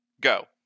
go